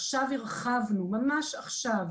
עכשיו הרחבנו ממש עכשיו,